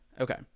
Okay